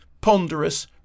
ponderous